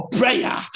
prayer